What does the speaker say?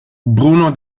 bruno